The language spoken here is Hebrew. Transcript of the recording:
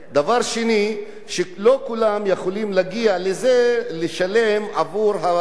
לא כולם יכולים להגיע לזה ולשלם עבור הקורסים האלה